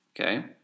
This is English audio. Okay